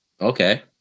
okay